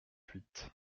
huit